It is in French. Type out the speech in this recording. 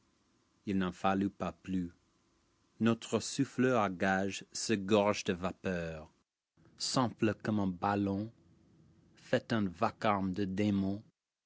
ii n'en al ut pas plus notre souffleur à gage se gorge de vapeurs s'enfle comme un ballon faitun vacarme de démon